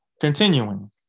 Continuing